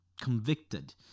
convicted